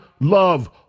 love